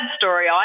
story